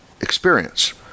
experience